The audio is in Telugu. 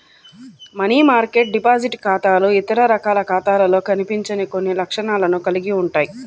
మనీ మార్కెట్ డిపాజిట్ ఖాతాలు ఇతర రకాల ఖాతాలలో కనిపించని కొన్ని లక్షణాలను కలిగి ఉంటాయి